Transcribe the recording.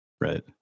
right